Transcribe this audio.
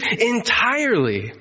entirely